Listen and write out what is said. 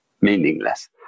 meaningless